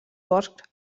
bosc